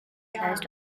closed